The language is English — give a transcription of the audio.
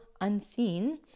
unseen